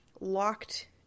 locked